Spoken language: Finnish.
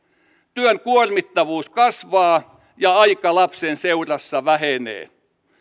työn kuormittavuus kasvaa ja aika lapsen seurassa vähenee